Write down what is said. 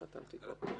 אני כבר חותם.